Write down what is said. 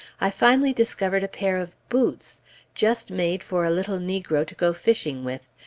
i finally discovered a pair of boots just made for a little negro to go fishing with,